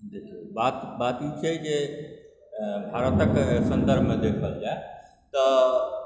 बात ई छै जे भारतक सन्दर्भमे देखल जाय तऽ